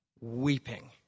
weeping